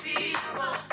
People